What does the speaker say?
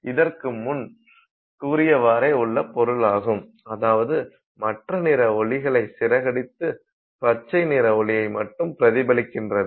இதற்கு முன் கூறியவாறே உள்ள பொருளாகும் அதாவது மற்ற நிற ஒளிகளை சிதறடித்து பச்சை நிற ஒளியை மட்டும் பிரதிபலிக்கின்றது